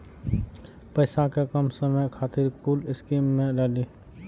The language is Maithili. पैसा कै कम समय खातिर कुन स्कीम मैं डाली?